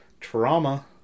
Trauma